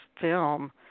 film